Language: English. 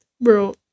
bro